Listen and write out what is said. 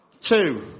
Two